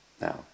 Now